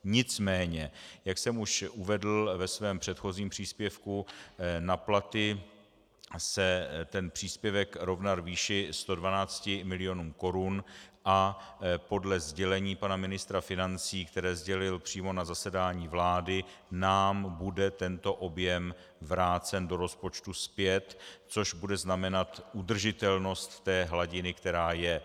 Nicméně, jak jsem už uvedl ve svém předchozím příspěvku, na platy se příspěvek rovnal výši 112 milionů korun a podle sdělení pana ministra financí, které sdělil přímo na zasedání vlády, nám bude tento objem vrácen do rozpočtu zpět, což bude znamenat udržitelnost hladiny, která je.